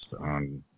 on